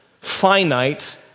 finite